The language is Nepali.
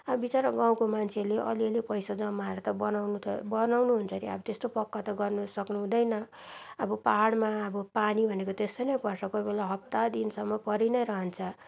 अब बिचारा गाउँको मान्छेले अलि अलि पैसा जमाएर त बनाउनु त बनाउनु हुन्छ नि अब त्यस्तो पक्का त गर्नु सक्नु हुँदैन अब पहाडमा अब पानी भनेको त्यसै नै पर्छ कोही बेला हफ्ता दिनसम्म परी नै रहन्छ